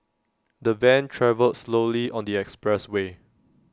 the van travelled slowly on the expressway